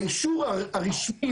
האישור הרשמי